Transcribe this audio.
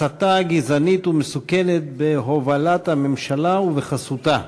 הסתה גזענית ומסוכנת בהובלת הממשלה ובחסותה,